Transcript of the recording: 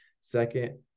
Second